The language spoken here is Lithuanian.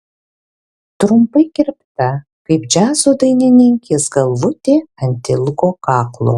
trumpai kirpta kaip džiazo dainininkės galvutė ant ilgo kaklo